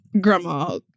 Grandma